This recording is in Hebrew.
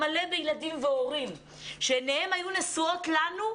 מלא בילדים והורים שעיניהן היו נשואות לנו,